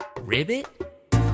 Ribbit